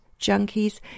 junkies